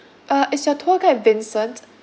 uh is your tour guide vincent